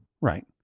right